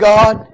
God